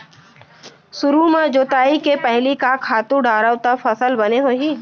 सुरु म जोताई के पहिली का खातू डारव त फसल बने होही?